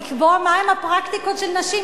לקבוע מהן הפרקטיקות של נשים,